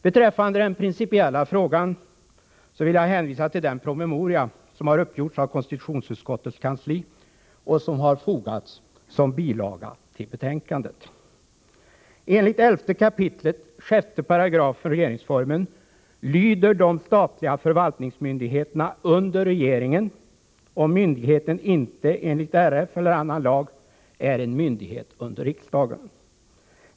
Beträffande den principiella frågan vill jag hänvisa till den promemoria som har upprättats av konstitutionsutskottets kansli och som har fogats som Enligt 11 kap. 6 § regeringsformen lyder de statliga förvaltningsmyndigheterna under regeringen, om myndigheten inte enligt RF eller annan lag är en myndighet under riksdagen.